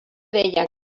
deia